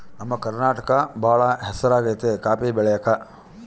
ನಮ್ಮ ಕರ್ನಾಟಕ ಬಾಳ ಹೆಸರಾಗೆತೆ ಕಾಪಿ ಬೆಳೆಕ